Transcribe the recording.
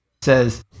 says